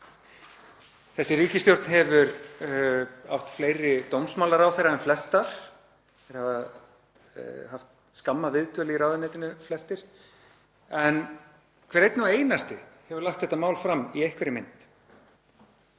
Þessi ríkisstjórn hefur átt fleiri dómsmálaráðherra en flestar, þeir hafa flestir haft skamma viðdvöl í ráðuneytinu en hver einn og einasti hefur lagt þetta mál fram í einhverri mynd,